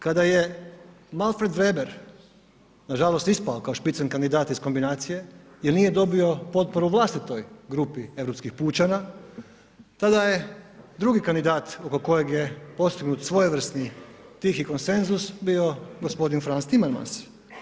Kada je Manfred Veber nažalost ispao kao spitzenkandidat iz kombinacije jer nije dobio potporu u vlastitoj grupi europskih pučana tada je drugi kandidat oko kojeg je postignut svojevrsni tihi konsenzus bio gospodin Frans Timmermans.